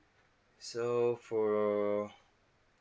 so for